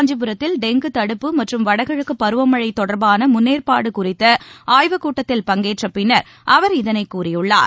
காஞ்சிபுரத்தில் டெங்கு தடுப்பு மற்றும் வடகிழக்குபருவமழைதொடர்பானமுன்னேற்பாடுகுறித்தஆய்வுக் கூட்டத்தில் பங்கேற்றப் பின்னர் அவர் இதனைகூறியுள்ளார்